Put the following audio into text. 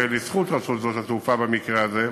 לזכות רשות שדות התעופה במקרה הזה,